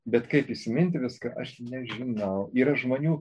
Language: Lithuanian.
bet kaip įsiminti viską aš nežinau yra žmonių